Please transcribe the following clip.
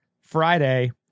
Friday